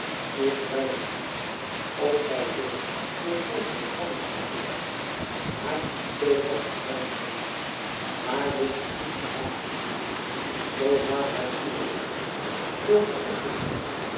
ik twijfel niet of zij zullen door tegen elkander op te jagen haar op veel hooger prijs brengen maar wilt gij goed geraden zijn zoo laat mij uwe slavin voor gezegde som